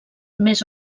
més